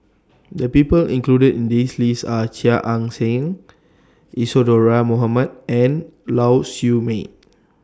The People included in This list Are Chia Ann Siang Isadhora Mohamed and Lau Siew Mei